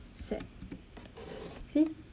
set see